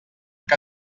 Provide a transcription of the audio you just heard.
que